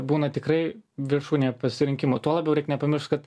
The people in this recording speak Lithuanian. būna tikrai viršūnė pasirinkimo tuo labiau reik nepamiršt kad